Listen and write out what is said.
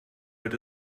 wird